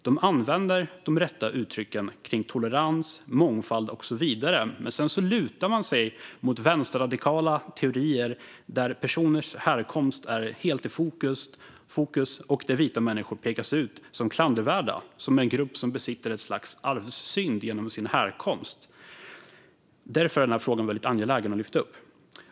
De använder de rätta uttrycken kring tolerans, mångfald och så vidare, men sedan lutar de sig mot vänsterradikala teorier där personers härkomst är helt i fokus och där vita människor pekas ut som klandervärda och som en grupp som besitter ett slags arvsynd genom sin härkomst. Därför är denna fråga angelägen att lyfta upp.